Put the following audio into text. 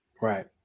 Right